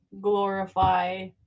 glorify